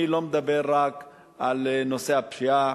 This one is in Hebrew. אני לא מדבר רק על נושא הפשיעה.